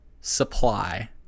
supply